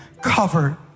covered